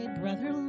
brother